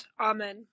Amen